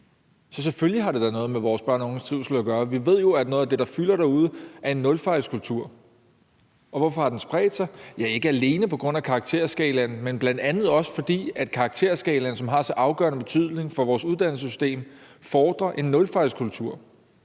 Så selvfølgelig har det da noget med vores børn og unges trivsel at gøre. Vi ved jo, at noget af det, der fylder derude, er en nulfejlskultur. Og hvorfor har den spredt sig? Ikke alene på grund af karakterskalaen, men bl.a. også, fordi karakterskalaen, som har så afgørende betydning for vores uddannelsessystem, fordrer en nulfejlskultur.